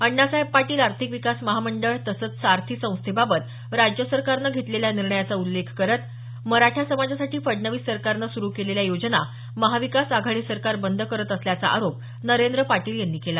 अण्णासाहेब पाटील आर्थिक विकास महामंडळ तसंच सारथी संस्थेबाबत राज्य सरकारनं घेतलेल्या निर्णयाचा उल्लेख करत मराठा समाजासाठी फडणवीस सरकारनं सुरू केलेल्या योजना महाविकास आघाडी सरकार बंद करत असल्याचा आरोप नरेंद्र पाटील यांनी केला